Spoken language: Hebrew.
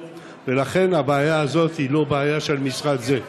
לכן הבעיה הזאת היא לא הבעיה של המשרד הזה.